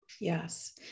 yes